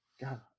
God